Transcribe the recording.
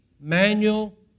manual